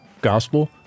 gospel